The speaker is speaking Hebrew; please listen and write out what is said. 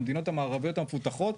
למדינות המערביות המפותחות,